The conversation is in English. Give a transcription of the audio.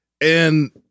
And-